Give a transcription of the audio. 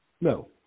No